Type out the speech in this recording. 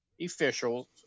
officials